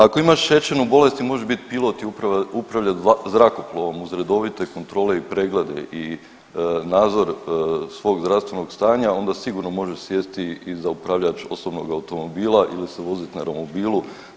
Ako imaš šećernu bolest i možeš biti pilot i upravljati zrakoplovom uz redovite kontrole i preglede i nadzor svog zdravstvenog stanja onda sigurno možeš sjesti i za upravljač osobnog automobila ili se voziti na romobilu.